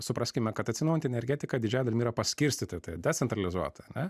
supraskime kad atsinaujinti energetika didžiąja dalim yra paskirstyta tai decentralizuota ane